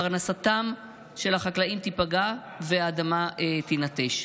פרנסתם של החקלאים תיפגע והאדמה תינטש.